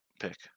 pick